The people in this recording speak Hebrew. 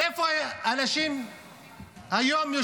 איפה אנשים ישנים היום,